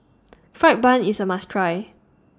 Fried Bun IS A must Try